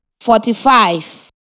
forty-five